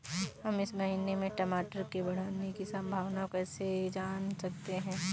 हम इस महीने में टमाटर के बढ़ने की संभावना को कैसे जान सकते हैं?